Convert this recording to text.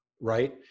right